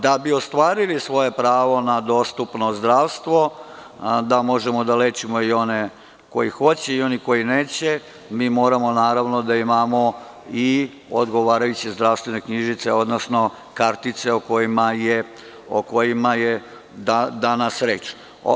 Da bi ostvarili svoje pravo na dostupno zdravstvo, da li možemo da lečimo i one koji hoće i one koji neće, mi moramo da imamo i odgovarajuće zdravstvene knjižice, odnosno kartice o kojima je danas reč.